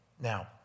Now